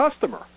customer